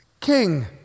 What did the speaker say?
King